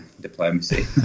diplomacy